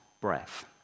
breath